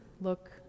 look